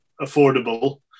affordable